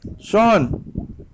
Sean